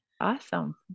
awesome